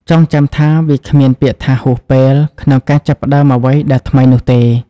ចងចាំថា វាគ្មានពាក្យថា "ហួសពេល" ក្នុងការចាប់ផ្តើមអ្វីដែលថ្មីនោះទេ។